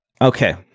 Okay